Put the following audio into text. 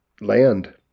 land